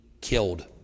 killed